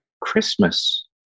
Christmas